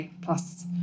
plus